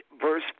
verse